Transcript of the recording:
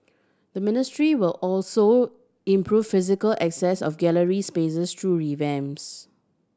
the ministry will also improve physical access of gallery spaces through revamps